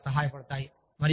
అవి చాలా సహాయపడతాయి